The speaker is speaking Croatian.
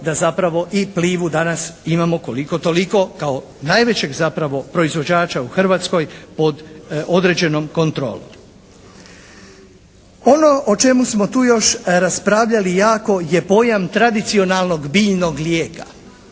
da zapravo i "Plivu" danas imamo koliko-toliko kao najvećeg zapravo proizvođača u Hrvatskoj pod određenom kontrolom. Ono o čemu smo tu još raspravljali jako je pojam tradicionalnog biljnog lijeka.